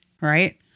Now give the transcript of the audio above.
right